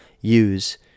use